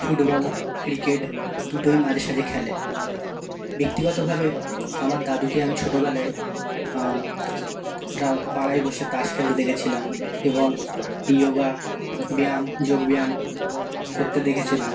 football cricket দুটোই মাঝে সাঝে খেলে ব্যক্তিগতভাবে আমার দাদুকে আমি ছোটোবেলায় রা পাড়ায় বসে তাস খেলতে দেখেছিলাম এবং ইয়োগা ব্যায়াম যোগ ব্যায়াম করতে দেখেছিলাম